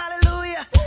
hallelujah